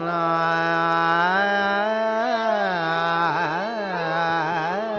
i